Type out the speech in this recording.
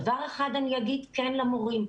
דבר אחד אני אגיד כן למורים,